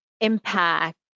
impact